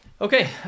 Okay